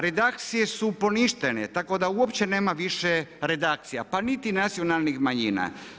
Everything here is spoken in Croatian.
Redakcije su poništene, tako da uopće nema više redakcija pa niti nacionalnih manjina.